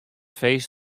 feest